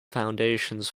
foundations